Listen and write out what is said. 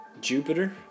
Jupiter